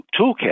toolkit